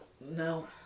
no